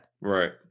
Right